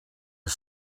are